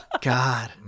God